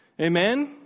Amen